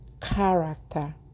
Character